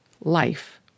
life